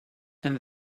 and